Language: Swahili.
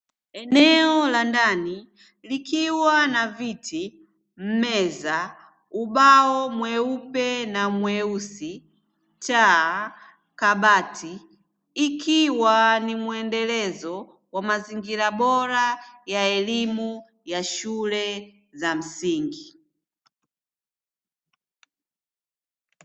Eneo la ndani likiwa na viti, meza, ubao mweupe na mweusi cha kabati, ikiwa ni muendelezo wa mazingira bora ya elimu ya shule za msingi.